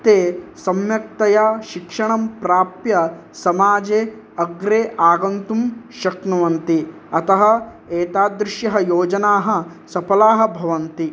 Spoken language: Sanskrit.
ते सम्यक्तया शिक्षणं प्राप्य समाजे अग्रे आगन्तुं शक्नुवन्ति अतः एतादृशाः योजनाः सफलाः भवन्ति